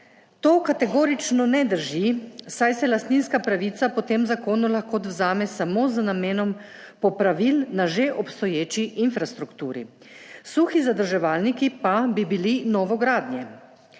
To kategorično ne drži, saj se lastninska pravica po tem zakonu lahko odvzame samo z namenom popravil na že obstoječi infrastrukturi, suhi zadrževalniki pa bi bili novogradnje.